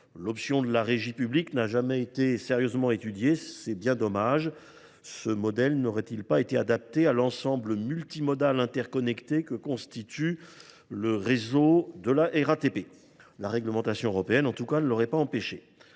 l’option de la régie publique n’a jamais été sérieusement étudiée, ce qui est bien dommage ! Ce modèle n’aurait il pas été adapté à l’ensemble multimodal interconnecté que constitue le réseau de la RATP ? En tout cas, la réglementation européenne ne l’aurait pas empêché.